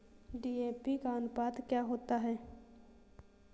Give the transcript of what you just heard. DAP का अनुपात क्या होता है?